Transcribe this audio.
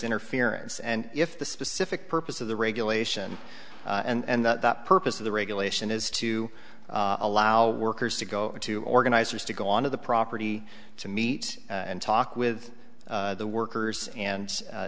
interference and if the specific purpose of the regulation and the purpose of the regulation is to allow workers to go to organizers to go on to the property to meet and talk with the workers and